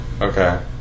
Okay